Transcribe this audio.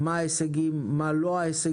מה ההישגים, מה לא הישגים,